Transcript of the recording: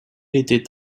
était